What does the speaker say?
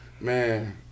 man